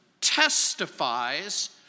testifies